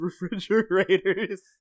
refrigerators